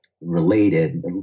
related